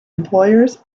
employers